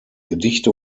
gedichte